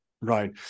Right